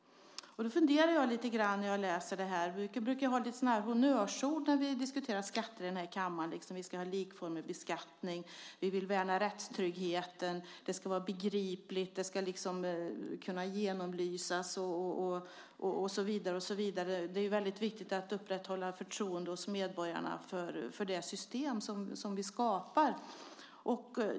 När jag läser det här har jag lite funderingar. Vi brukar ha en del honnörsord när vi diskuterar skatter här i kammaren: Vi ska ha en likformig beskattning. Vi vill värna rättstryggheten. Det ska vara begripligt och kunna genomlysas och så vidare. Det är väldigt viktigt att upprätthålla förtroendet hos medborgarna för system som vi skapar.